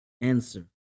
Answer